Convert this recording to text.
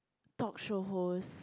talk show host